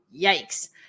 yikes